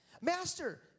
Master